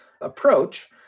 approach